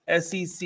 SEC